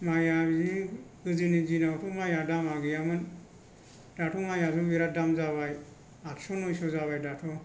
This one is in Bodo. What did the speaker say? माइआ बिदिनो गोदोनि दिनावथ' माइया दामा गैयामोन दाथ' माइयाबो बेराद दाम जाबाय आटस' नयस' जाबाय दाथ'